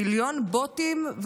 מיליון בוטים,